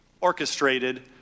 orchestrated